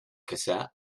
cassette